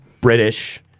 british